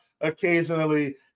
occasionally